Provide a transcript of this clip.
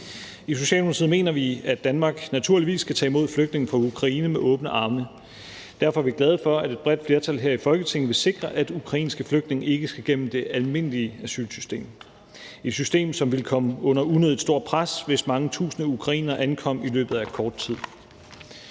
I Socialdemokratiet mener vi, at Danmark naturligvis skal tage imod flygtninge fra Ukraine med åbne arme. Derfor er vi glade for, at et bredt flertal her i Folketinget vil sikre, at ukrainske flygtninge ikke skal igennem det almindelige asylsystem – et system, som ville komme under unødigt stort pres, hvis mange tusind ukrainere ankom i løbet af kort tid.